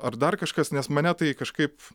ar dar kažkas nes mane tai kažkaip